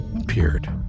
appeared